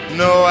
no